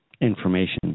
information